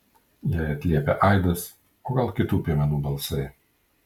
jai atliepia aidas o gal kitų piemenų balsai